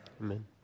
Amen